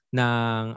ng